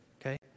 okay